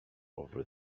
over